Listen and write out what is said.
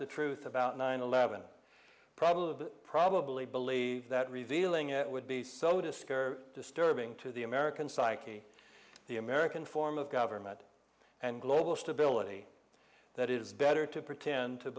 the truth about nine eleven probably probably believe that revealing it would be so discover disturbing to the american psyche the american form of government and global stability that it is better to pretend to